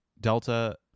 delta